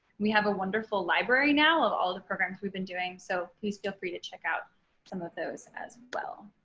we have a wonderful library now of all the programs we've been doing so please feel free to check out some of those as well.